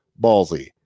Ballsy